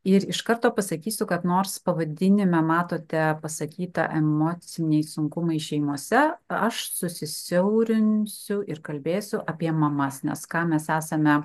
ir iš karto pasakysiu kad nors pavadinime matote pasakyta emociniai sunkumai šeimose aš susisiaurinsiu ir kalbėsiu apie mamas nes ką mes esame